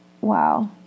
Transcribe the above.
wow